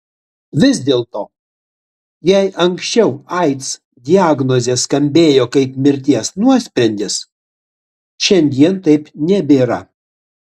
vis dėlto jei anksčiau aids diagnozė skambėjo kaip mirties nuosprendis šiandien taip nebėra